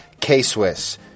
k-swiss